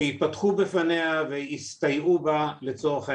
זאת על מנת שיפתחו בפניה ויסתייעו בה לצורך העניין.